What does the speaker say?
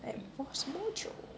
like bosco show